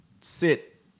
sit